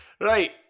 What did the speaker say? Right